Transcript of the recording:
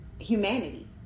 humanity